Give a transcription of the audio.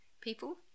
people